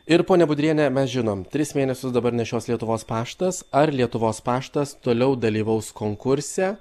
ir ponia budriene mes žinom tris mėnesius dabar nešios lietuvos paštas ar lietuvos paštas toliau dalyvaus konkurse